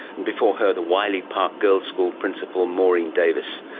and before her the wiley park girls school principal maureen davis.